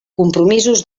compromisos